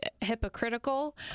hypocritical